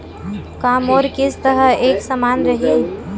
का मोर किस्त ह एक समान रही?